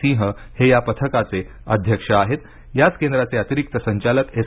सिंह हे या पथकाचे अध्यक्ष आहेत तर याच केंद्राचे अतिरिक्त संचालक एस